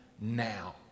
now